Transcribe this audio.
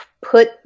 put